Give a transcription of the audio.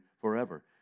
forever